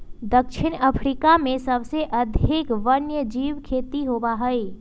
दक्षिण अफ्रीका में सबसे अधिक वन्यजीव खेती होबा हई